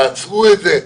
תעצרו את זה,